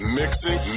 mixing